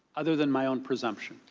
other than my own presumption,